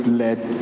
led